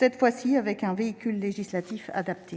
avec un véhicule législatif cette